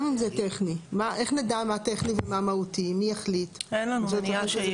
יש עדכונים שיכולים להחליט לא לאמץ.